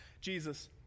Jesus